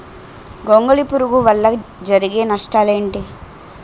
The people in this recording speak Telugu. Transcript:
గొంగళి పురుగు వల్ల జరిగే నష్టాలేంటి?